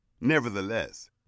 nevertheless